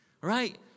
Right